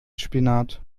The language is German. spinat